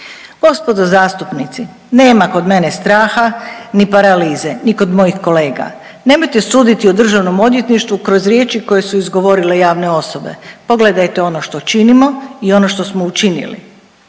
Gospodo zastupnici, nema kod mene straha, ni paralize, ni kod mojih kolega. Nemojte suditi o Državnom odvjetništvu kroz riječi koje su izgovorile javne osobe. Pogledajte ono što činimo i ono što smo učinili.